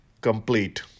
complete